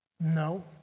No